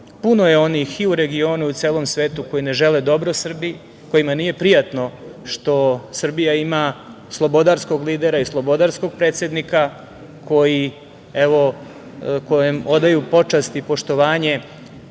Puno je onih i u regionu, u celom svetu koji ne žele dobro Srbiji, kojima nije prijatno što Srbija ima slobodarskog lidera i slobodarskog predsednika kojem odaju počast i poštovanje,